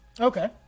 Okay